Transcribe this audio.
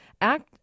act